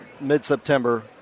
mid-September